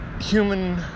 human